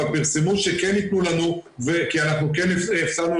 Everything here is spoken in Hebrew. אבל פרסמו שכן יתנו לנו כי אנחנו כן הפסדנו